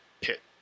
pit